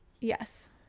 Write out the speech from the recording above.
Yes